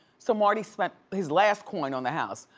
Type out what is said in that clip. so marty spent his last coin on the house,